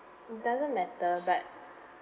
it doesn't matter but